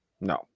No